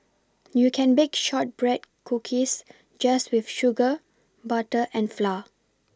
you can bake shortbread cookies just with sugar butter and flour